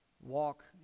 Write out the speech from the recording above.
walk